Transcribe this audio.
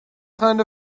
kind